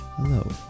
Hello